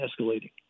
escalating